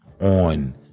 on